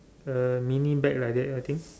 uh mini bag like that I think